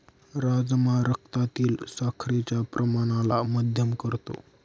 राजमा रक्तातील साखरेच्या प्रमाणाला मध्यम करतो